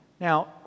Now